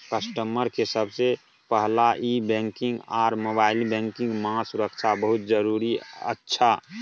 customer के सबसे पहला ई बैंकिंग आर मोबाइल बैंकिंग मां सुरक्षा बहुत जरूरी अच्छा